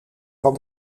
van